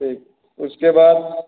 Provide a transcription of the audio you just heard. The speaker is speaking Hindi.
ठीक उसके बाद